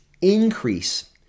increase